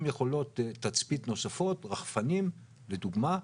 עם יכולות תצפית נוספות, רחפנים לדוגמה,